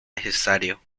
necesario